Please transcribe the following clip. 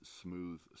Smooth